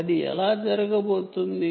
అది ఎలా జరగబోతోంది